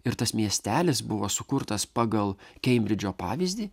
ir tas miestelis buvo sukurtas pagal keimbridžo pavyzdį